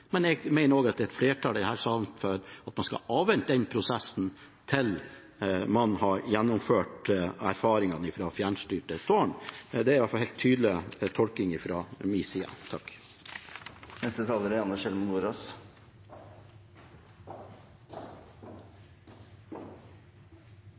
men jeg mener også det er et flertall i denne salen for at man skal avvente den prosessen til man har gjennomført erfaringene fra fjernstyrte tårn. Det er i alle fall en helt tydelig tolkning fra min side. Bare for å presisere først når det gjelder taxfree-ordningen: Senterpartiet er